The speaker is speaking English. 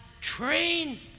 train